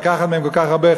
לקחת מהם כל כך הרבה,